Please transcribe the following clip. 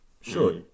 Sure